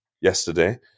yesterday